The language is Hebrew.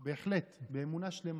בהחלט, באמונה שלמה.